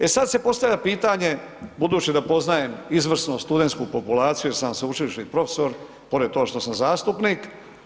E sad se postavlja pitanje, budući da poznajem izvrsnu studentsku populaciju jer sam sveučilišni profesor, pored toga što sam zastupnik.